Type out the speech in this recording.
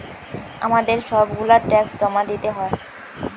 আমাদের সব গুলা ট্যাক্স জমা দিতে হয়